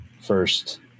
first –